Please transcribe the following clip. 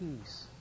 peace